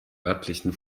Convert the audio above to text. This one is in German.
örtlichen